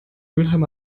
mülheim